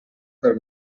per